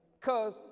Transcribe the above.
Cause